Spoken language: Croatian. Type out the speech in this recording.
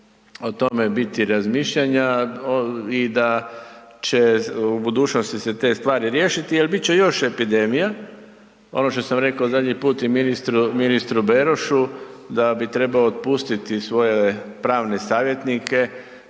o tome biti razmišljanja i da će u budućnosti se te stvari riješiti jer bit će još epidemija, ono što sam rekao zadnji put i ministru Berošu, da bi trebao otpustiti svoje pravne savjetnike